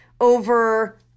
over